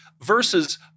versus